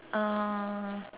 uh